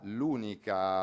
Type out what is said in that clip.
l'unica